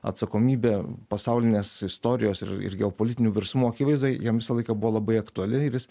atsakomybė pasaulinės istorijos ir ir geopolitinių virsmų akivaizdoj jam visą laiką buvo labai aktuali ir jis